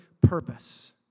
purpose